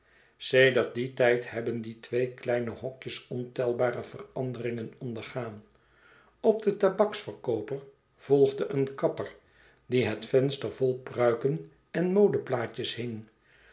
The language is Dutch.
sedert dien tijd hebben die twee kleine hokjes ontelbare veranderingen ondergaan op den tabaksverkooper volgde een kapper die het venster vol pruiken en modeplaatjes hing